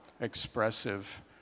expressive